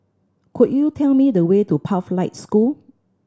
could you tell me the way to Pathlight School